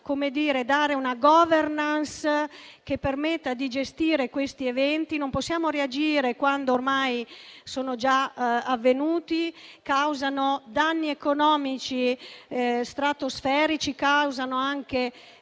dare una *governance* che permetta di gestire questi eventi. Non possiamo reagire quando ormai sono già avvenuti, perché causano danni economici stratosferici, ma anche